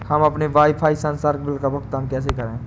हम अपने वाईफाई संसर्ग बिल का भुगतान कैसे करें?